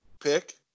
pick